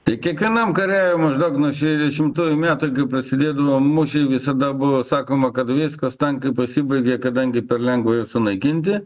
tai kiekvienam kare maždaug nuo šešiasdešimtųjų metų kai prasidėdavo mūšiai visada buvo sakoma kad viskas tankai pasibaigė kadangi per lengva juos sunaikinti